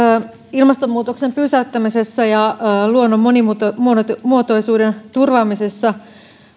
ilmastonmuutoksen pysäyttämisessä ja luonnon monimuotoisuuden turvaamisessa